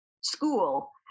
school